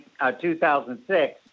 2006